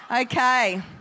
Okay